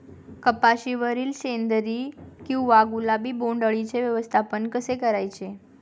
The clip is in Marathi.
कपाशिवरील शेंदरी किंवा गुलाबी बोंडअळीचे व्यवस्थापन कसे करायचे?